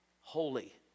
holy